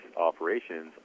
operations